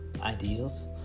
ideals